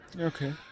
okay